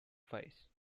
face